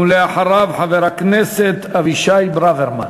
ואחריו, חבר הכנסת אבישי ברוורמן.